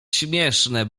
śmieszne